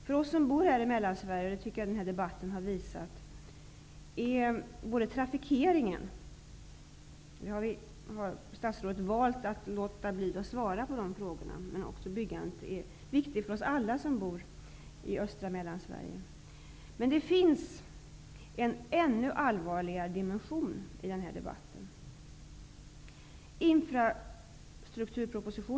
För oss som bor i Mellansverige är det viktigt att få veta hur det skall gå med trafikeringen och byggandet. Statsrådet har valt att låta bli att svara på de frågorna. Det här är viktigt för alla oss som bor i östra Mellansverige. Men det finns en ännu allvarligare dimension i den här debatten. februari.